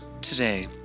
today